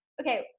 okay